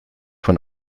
von